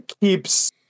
keeps